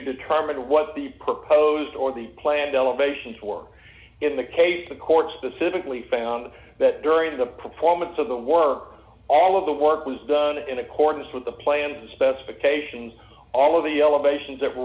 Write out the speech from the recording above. determine what the proposed or the planned elevations were in the case the court specifically found that during the performance of the work all of the work was done in accordance with the planned specifications all of the elevation